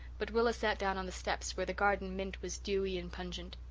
but rilla sat down on the steps, where the garden mint was dewy and pungent.